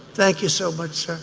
thank you so much, sir.